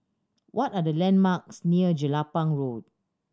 what are the landmarks near Jelapang Road